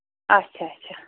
اَچھا اَچھا